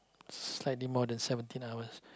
slightly more than seventeen hours